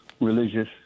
religious